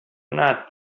not